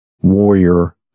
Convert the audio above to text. warrior